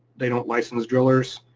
they don't license drillers,